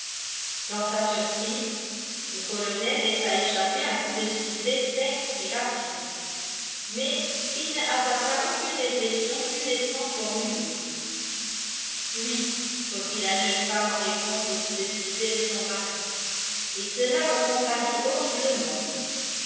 dans sa surprise le colonel laissa échapper un coup de sifflet sec et rapide mais il ne hasarda aucune réflexion plus nettement formulée oui reprit la jeune femme en réponse au coup de sifflet de son mari et cela me contrarie horriblement